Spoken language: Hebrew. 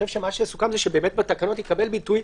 סוכם שיקבל שם ביטוי.